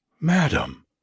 Madam